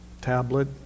tablet